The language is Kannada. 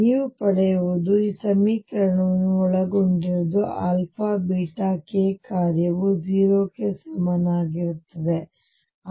ಆದ್ದರಿಂದ ನೀವು ಪಡೆಯುವುದು ಈ ಸಮೀಕರಣವನ್ನು ಒಳಗೊಂಡಿರುವುದು k ಕಾರ್ಯವು 0 ಕ್ಕೆ ಸಮನಾಗಿರುತ್ತದೆ